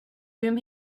whom